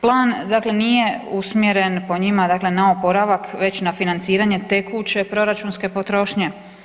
Plan dakle nije usmjeren po njima dakle na oporavak već na financiranje tekuće proračunske potrošnje.